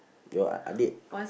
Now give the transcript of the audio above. your adik